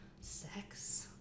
sex